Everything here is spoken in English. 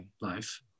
life